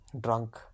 drunk